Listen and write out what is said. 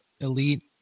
Elite